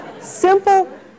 simple